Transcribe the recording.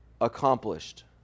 accomplished